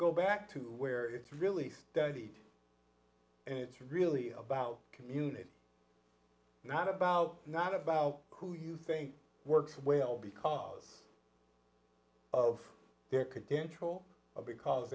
go back to where it's really studied and it's really about community not about not about who you think works well because of their content troll because